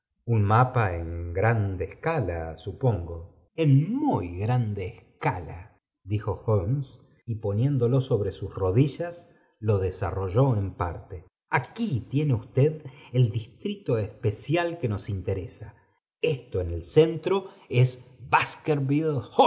un mapa en grande escala supongo mu l y rande escala dijo holmes y poniéndolo sobre sus rodillas lo desarrolló en parte aquí tine usted el distrito especial que nos interesa esto en el centro eá